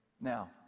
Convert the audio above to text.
Now